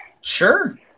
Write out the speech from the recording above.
Sure